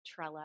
Trello